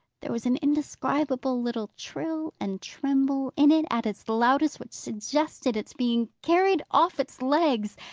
there was an indescribable little trill and tremble in it at its loudest, which suggested its being carried off its legs,